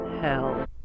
hell